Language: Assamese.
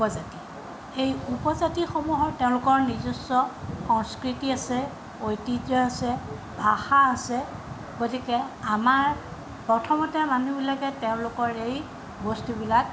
উপজাতি এই উপজাতিসমূহৰ তেওঁলোকৰ নিজস্ব সংস্কৃতি আছে ঐতিহ্য আছে ভাষা আছে গতিকে আমাৰ প্ৰথমতে মানুহবিলাকে তেওঁলোকৰ এই বস্তুবিলাক